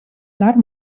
dar